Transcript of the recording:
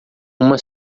uma